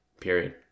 period